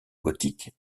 gothique